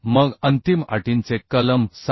मग अंतिम अटींचे कलम 7